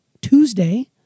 Tuesday